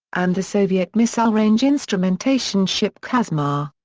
and the soviet missile range instrumentation ship chazma.